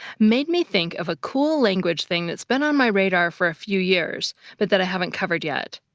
made me think of a cool language thing that's been on my radar for a few years but that i haven't covered yet.